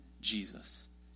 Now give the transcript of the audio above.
Jesus